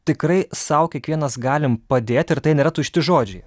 tikrai sau kiekvienas galim padėt ir tai nėra tušti žodžiai